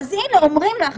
אז הנה אומרים לך.